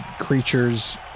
creatures